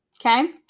Okay